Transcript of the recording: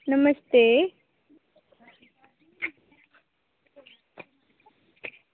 नमस्ते